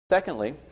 Secondly